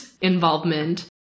involvement